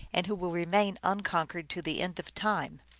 and who will remain unconquered to the end of time.